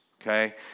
okay